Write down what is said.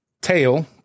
tail